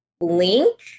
link